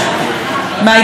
מההתרחשות החדשה,